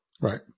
Right